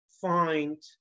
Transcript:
find